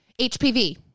HPV